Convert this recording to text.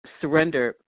surrender